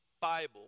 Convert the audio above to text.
Bible